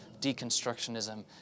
deconstructionism